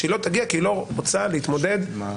היא לא תגיע כי היא לא רוצה להתמודד עם